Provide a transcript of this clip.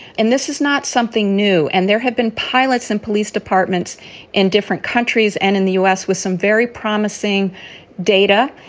and this is not something new. and there have been pilots and police departments in different countries and in the u s. with some very promising data.